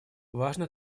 важно